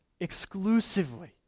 exclusively